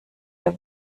der